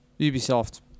Ubisoft